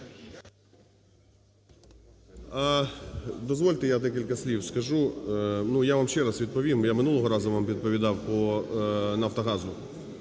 Дозвольте я декілька слів скажу. Ну, я вам ще раз відповім. Я минулого разу вам відповідав по "Нафтогазу".